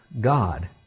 God